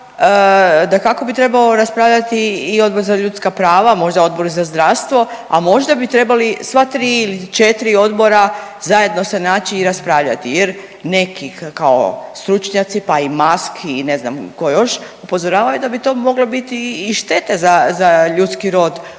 dakako bi trebao bi raspravljati i Odbor za ljudska prava, a možda bi trebali sva 3 ili 4 odbora zajedno se naći i raspravljati jer neki kao stručnjaci pa i maski i ne znam tko još upozoravaju da bi to moglo biti i štete za, za ljudski rod